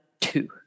two